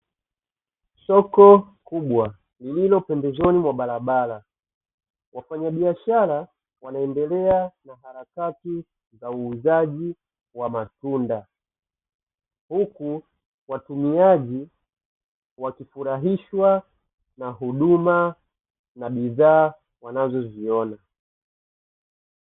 Soko kubwa, lililo pembezoni mwa barabara, wafanyabishara wanaendelea na harakati za uuzaji wa matunda, huku watumiaji wakifurahishwa na huduma na bidhaa wanazoziona.